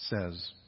says